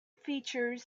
features